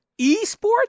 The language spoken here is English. Esports